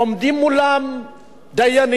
עומדים מולם דיינים,